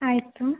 ಆಯಿತು